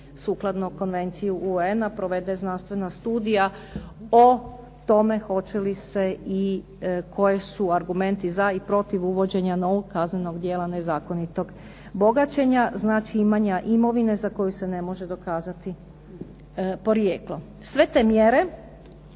sukladno Konvenciji UN-a provede znanstvena studija o tome hoće li se, koji su argumenti za i protiv uvođenja novog kaznenog djela nezakonitog bogaćenja. Znači imanja imovine za koju se ne može dokazati porijeklo. Sve te mjere,